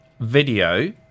video